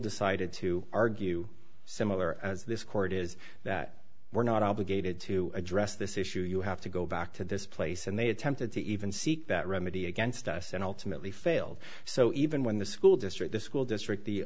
decided to argue similar as this court is that we're not obligated to address this issue you have to go back to this place and they attempted to even seek that remedy against us and ultimately failed so even when the school district the school district the